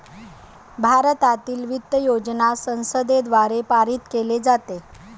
भारतातील वित्त योजना संसदेद्वारे पारित केली जाते